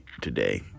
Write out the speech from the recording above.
today